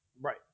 Right